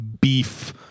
beef